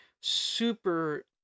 super